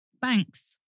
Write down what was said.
banks